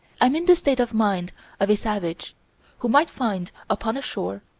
i'm in the state of mind of a savage who might find upon a shore,